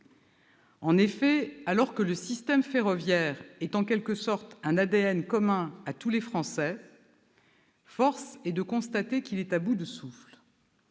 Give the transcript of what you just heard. En effet, alors que le système ferroviaire est, en quelque sorte, un ADN commun à tous les Français, force est de constater qu'il est à bout de souffle.